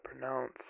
pronounce